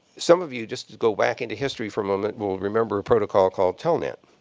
some of you just go back into history for a moment, will remember a protocol called telnet.